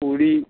पूरी